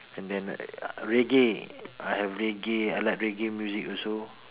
and then reggae I have reggae I like reggae music also